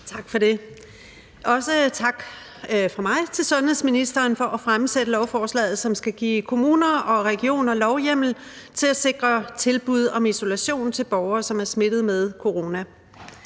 Tak for det. Jeg vil også sige tak til sundhedsministeren for at fremsætte lovforslaget, som skal give kommuner og regioner lovhjemmel til at sikre tilbud om isolation til borgere, som er smittet med corona.